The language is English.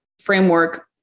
framework